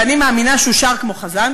ואני מאמינה שהוא שר כמו חזן,